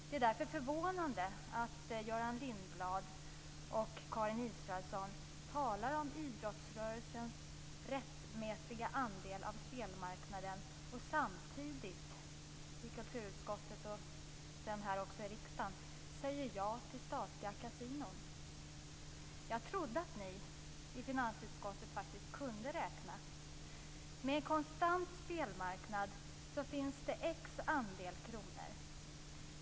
Det är därför förvånande att Göran Lindblad och Karin Israelsson talar om idrottsrörelsens rättmätiga andel av spelmarknaden och samtidigt, i kulturutskottet och även här i riksdagen, säger ja till statliga kasinon. Jag trodde att ni i finansutskottet faktiskt kunde räkna. Med konstant spelmarknad finns det visst antal kronor.